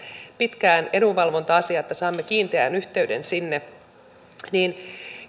pitkään edunvalvonta asia että saamme kiinteän yhteyden sinne